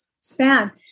span